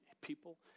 people